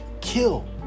kill